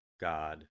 God